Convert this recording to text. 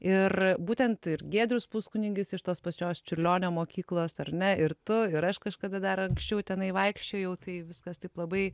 ir būtent ir giedrius puskunigis iš tos pačios čiurlionio mokyklos ar ne ir tu ir aš kažkada dar anksčiau tenai vaikščiojau tai viskas taip labai